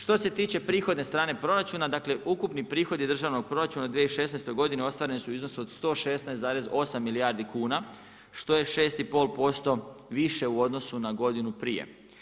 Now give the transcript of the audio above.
Što se tiče prihodne strane proračuna, dakle, ukupni prihodi državnog proračuna u 2016. godini ostvareni su u iznosu od 116,8 milijardi kuna, što je 6,5% više u odnosu na godinu prije.